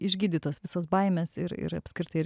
išgydytos visos baimės ir ir apskritai ir